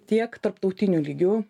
tiek tarptautiniu lygiu